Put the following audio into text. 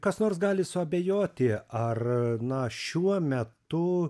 kas nors gali suabejoti ar na šiuo metu